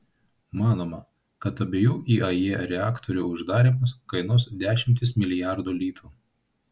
manoma kad abiejų iae reaktorių uždarymas kainuos dešimtis milijardų litų